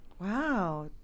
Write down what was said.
Wow